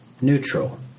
neutral